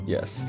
Yes